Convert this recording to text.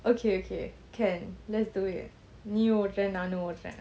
okay okay can let's do it நீஓட்டுறநானும்ஓட்டுறேன்:nee otra naanum otren